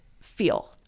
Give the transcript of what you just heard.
feel